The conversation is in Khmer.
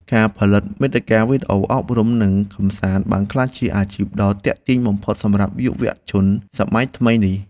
ការផលិតមាតិកាវីដេអូអប់រំនិងកម្សាន្តបានក្លាយជាអាជីពដ៏ទាក់ទាញបំផុតសម្រាប់យុវជនសម័យថ្មីនេះ។